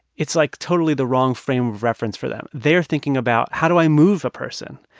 it's, like, totally the wrong frame of reference for them. they are thinking about, how do i move a person?